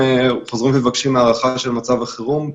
בעצם, אנחנו חוזרים ומבקשים הארכה של מצב החירום,